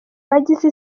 bagize